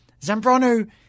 Zambrano